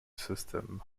system